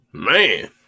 Man